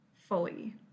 fully